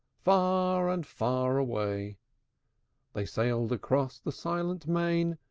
far and far away they sailed across the silent main,